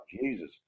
Jesus